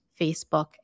Facebook